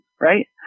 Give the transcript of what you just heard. right